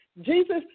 Jesus